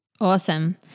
awesome